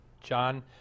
John